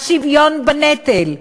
השוויון בנטל,